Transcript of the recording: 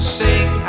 sing